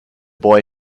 boy